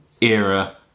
era